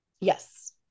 Yes